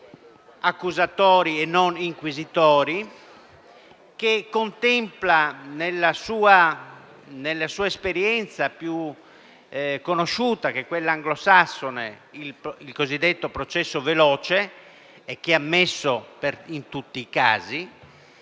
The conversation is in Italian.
accusatori e non inquisitori, che contempla nella sua esperienza più conosciuta, quella anglosassone, il cosiddetto processo veloce, ammesso in tutti i casi,